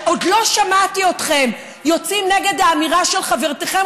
עוד לא שמעתי אתכם יוצאים נגד האמירה של חברתכם